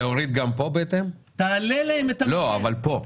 להוריד עוד את המדרגה למשקיעים?